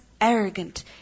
arrogant